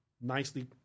nicely